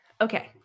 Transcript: Okay